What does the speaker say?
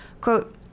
quote